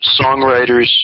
songwriters